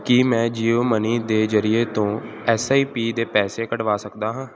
ਕੀ ਮੈਂ ਜੀਓਮਨੀ ਦੇ ਜ਼ਰੀਏ ਤੋਂ ਐਸ ਆਈ ਪੀ ਦੇ ਪੈਸੇ ਕਢਵਾ ਸਕਦਾ ਹਾਂ